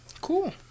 Cool